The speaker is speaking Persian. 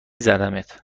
زدمت